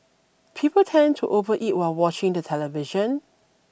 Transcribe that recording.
people tend to overeat while watching the television